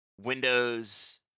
Windows